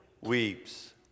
weeps